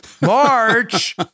march